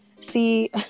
see